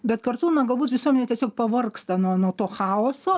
bet kartu na galbūt visuomenė tiesiog pavargsta nuo nuo to chaoso